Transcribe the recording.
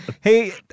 Hey